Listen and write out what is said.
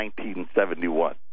1971